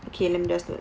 okay let me just note